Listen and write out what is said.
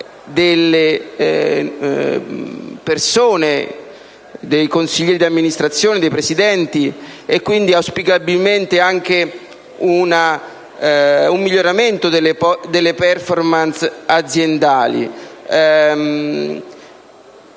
delle persone, dei consiglieri di amministrazione e dei presidenti (quindi, auspicabilmente, anche ad un miglioramento delle *performance* aziendali).